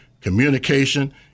communication